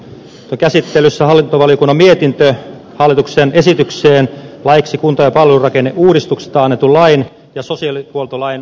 nyt on käsittelyssä hallintovaliokunnan mietintö hallituksen esitykseen laeiksi kunta ja palvelurakenneuudistuksesta annetun lain ja sosiaalihuoltolain muuttamisesta